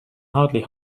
hardly